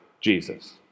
Jesus